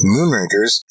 Moonrakers